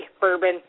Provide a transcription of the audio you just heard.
bourbon